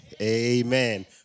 Amen